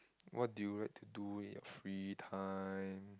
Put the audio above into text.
what do you like to do in your free time